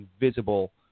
invisible